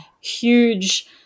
huge